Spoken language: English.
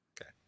Okay